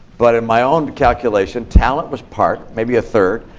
but in my own calculation, talent was part, maybe a third.